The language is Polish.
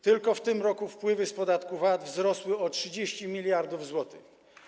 Tylko w tym roku wpływy z podatku VAT wzrosły o 30 mld zł.